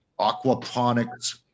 aquaponics